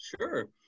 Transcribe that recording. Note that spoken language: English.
Sure